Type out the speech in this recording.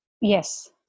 Yes